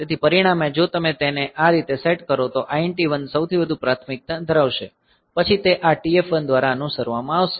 તેથી પરિણામે જો તમે તેને આ રીતે સેટ કરો તો INT1 સૌથી વધુ પ્રાથમિકતા ધરાવશે પછી તે આ TF1 દ્વારા અનુસરવામાં આવશે